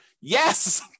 Yes